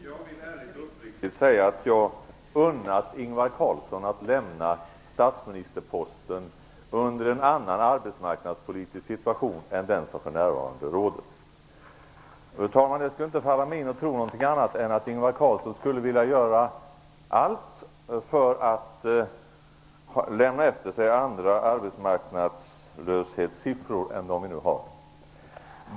Fru talman! Jag vill ärligt och uppriktigt säga att jag hade unnat Ingvar Carlsson att lämna statsministerposten i en annan arbetsmarknadspolitisk situation än den som för närvarande råder. Det skulle inte falla mig in att tro någonting annat än att Ingvar Carlsson skulle vilja göra allt för att lämna efter sig andra arbetslöshetssiffror än de som vi nu har.